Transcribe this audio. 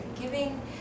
giving